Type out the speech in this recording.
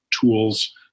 tools